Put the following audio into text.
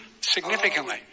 significantly